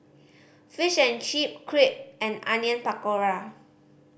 Fish and Chips Crepe and Onion Pakora